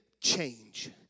change